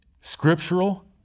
scriptural